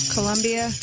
Colombia